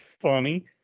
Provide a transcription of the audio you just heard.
funny